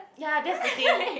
ya that's the thing